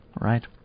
Right